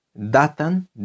datan